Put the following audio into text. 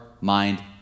mind